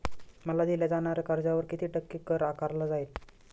मला दिल्या जाणाऱ्या कर्जावर किती टक्के कर आकारला जाईल?